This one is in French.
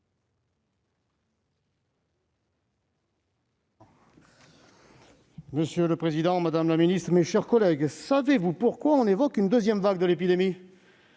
Monsieur le président, madame la ministre, mes chers collègues, savez-vous pourquoi on évoque une deuxième vague de l'épidémie ?